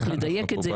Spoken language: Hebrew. צריך לדייק את זה,